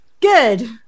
Good